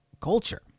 culture